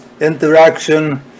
interaction